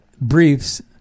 briefs